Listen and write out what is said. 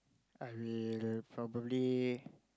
I will probably